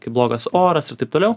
kai blogas oras ir taip toliau